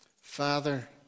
Father